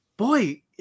boy